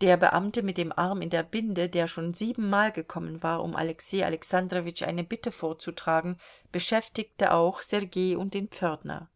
der beamte mit dem arm in der binde der schon siebenmal gekommen war um alexei alexandrowitsch eine bitte vorzutragen beschäftigte auch sergei und den pförtner